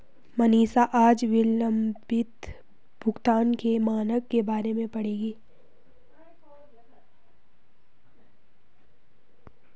मनीषा आज विलंबित भुगतान के मानक के बारे में पढ़ेगी